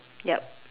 yup